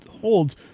holds